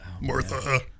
martha